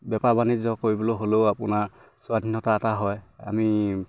বেপাৰ বাণিজ্য কৰিবলৈ হ'লেও আপোনাৰ স্বাধীনতা এটা হয় আমি